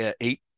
eight